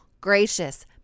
gracious